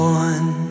one